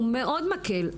הוא מאוד מקל.